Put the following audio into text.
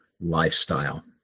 lifestyle